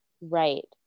Right